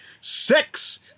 six